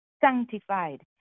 sanctified